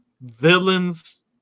villain's